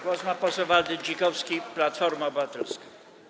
Głos ma poseł Waldy Dzikowski, Platforma Obywatelska.